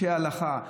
אנשי ההלכה,